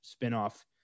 spinoff